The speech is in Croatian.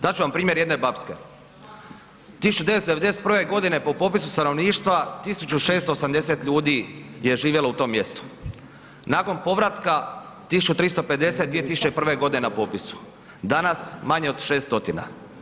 Dat ću vam primjer jedne Babske, 1991. godine po popisu stanovništva 1680 ljudi je živjelo u tom mjestu, nakon povratka 1350 2001. godine na popisu, danas manje od 600.